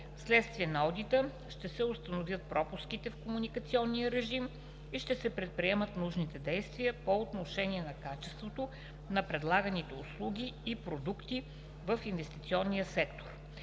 следствие на одита ще се установят пропуските в комуникационния режим и ще се предприемат нужните действия по отношение на качеството на предлаганите услуги и продукти в инвестиционния сектор.